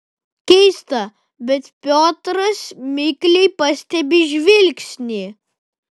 keista bet piotras mikliai pastebi žvilgsnį